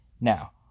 Now